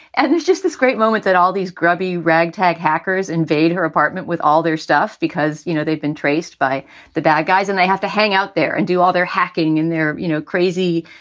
and there's just this great moment that all these grubby, ragtag hackers invade her apartment with all their stuff, because, you know, they've been traced by the bad guys and they have to hang out there and do all their hacking. and they're you know crazy,